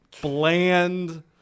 bland